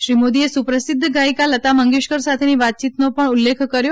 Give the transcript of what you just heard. શ્રી મોદીએ સુપ્રસિદ્ધ ગાયિકા લતા મેંગેશ્કર સાથેની વાતયીતનો પણ ઉલ્લેખ કર્યો